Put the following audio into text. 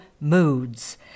moods